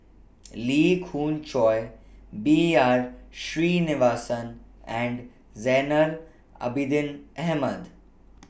Lee Khoon Choy B R Sreenivasan and Zainal Abidin Ahmad